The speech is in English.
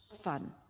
fun